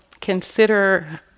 consider